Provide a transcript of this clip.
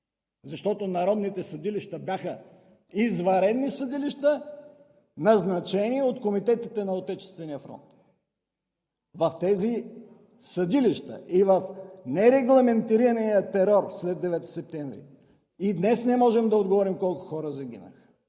защото народните съдилища бяха извънредни съдилища, назначени от комитетите на Отечествения фронт! В тези съдилища и в нерегламентирания терор след 9 септември и днес не можем да отговорим колко хора загинаха!